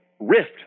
rift